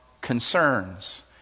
concerns